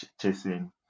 chasing